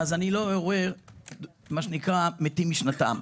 אני לא אעורר מתים משנתם,